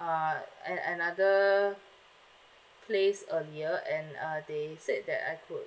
uh a~ another place uh near and uh they said that I could